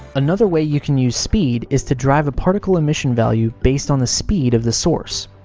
another way you can use speed is to drive a particle emission value based on the speed of the source.